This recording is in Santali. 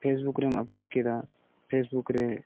ᱯᱷᱮᱥᱵᱩᱠ ᱨᱮᱢ ᱟᱯᱞᱳᱰ ᱠᱮᱫᱟ ᱯᱷᱮᱥᱵᱩᱠ ᱨᱮ